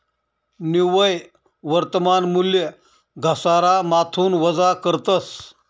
निव्वय वर्तमान मूल्य घसारामाथून वजा करतस